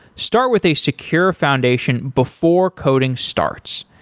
start with a secure foundation before coding starts.